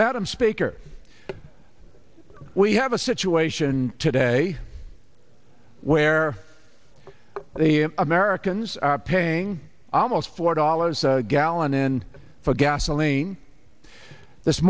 i'm speaker we have a situation today where the americans are paying almost four dollars a gallon and for gasoline this